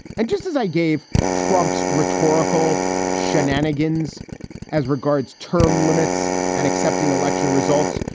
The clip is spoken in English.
and just as i gave trump's rhetorical shenanigans as regards term limits and accepting election results,